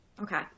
Okay